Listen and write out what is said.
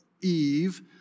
Eve